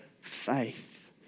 faith